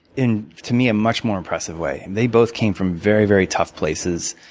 in, to me, a much more impressive way. they both came from very, very tough places,